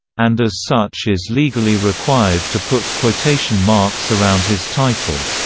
and as such is legally required to put quotation marks around his title.